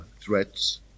threats